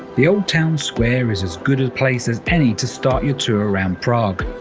the old town square is as good as place as any to start your tour around prague.